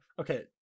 Okay